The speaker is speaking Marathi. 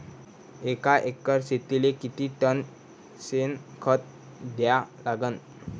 एका एकर शेतीले किती टन शेन खत द्या लागन?